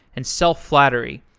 and self-flattery,